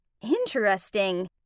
interesting